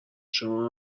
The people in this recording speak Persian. شما